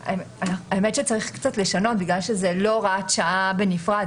האמת שצריך קצת לשנות בגלל שזה לא הוראת שעה בנפרד,